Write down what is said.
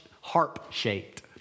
harp-shaped